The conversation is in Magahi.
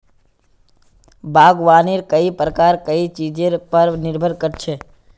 बागवानीर कई प्रकार कई चीजेर पर निर्भर कर छे